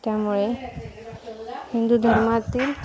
त्यामुळे हिंदू धर्मातील